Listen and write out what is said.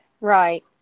Right